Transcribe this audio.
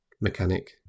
mechanic